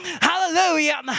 Hallelujah